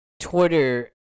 Twitter